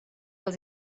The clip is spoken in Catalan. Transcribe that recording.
els